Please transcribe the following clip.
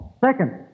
Second